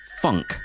funk